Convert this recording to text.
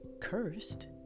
cursed